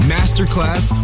Masterclass